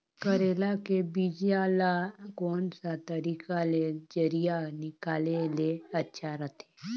करेला के बीजा ला कोन सा तरीका ले जरिया निकाले ले अच्छा रथे?